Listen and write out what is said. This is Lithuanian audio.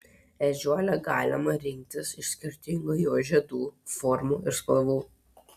ežiuolę galima rinktis iš skirtingų jos žiedų formų ir spalvų